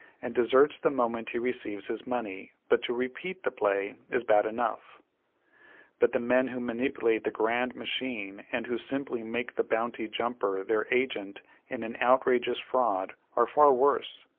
and deserts the moment he receives his money but to repeat the play, is bad enough but the men who manipulate the grand machine and who simply make the bounty-jumper their agent in an outrageous fraud are far worse.